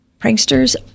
Pranksters